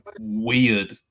weird